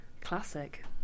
Classic